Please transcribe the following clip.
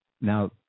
Now